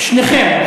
שניכם.